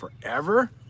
forever